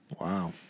Wow